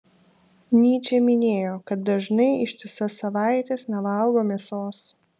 nyčė minėjo kad dažnai ištisas savaites nevalgo mėsos